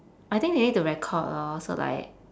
I think they need to record lor so like